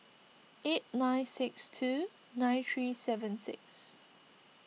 eight nine six two nine three seven six